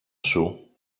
σου